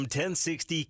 1060